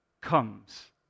comes